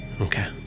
Okay